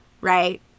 right